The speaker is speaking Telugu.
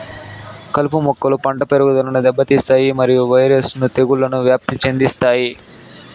కలుపు మొక్కలు పంట పెరుగుదలను దెబ్బతీస్తాయి మరియు వైరస్ ను తెగుళ్లను వ్యాప్తి చెందిస్తాయి